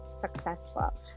successful